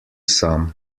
sam